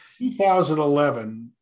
2011